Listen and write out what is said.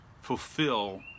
fulfill